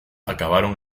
acabaron